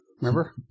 Remember